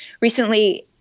Recently